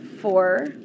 four